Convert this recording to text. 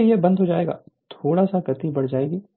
जैसे ही यह बंद हो जाएगा थोड़ा सा गति बढ़ जाएगी